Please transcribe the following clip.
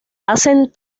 hacen